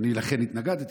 ולכן אני התנגדתי,